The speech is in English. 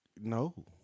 No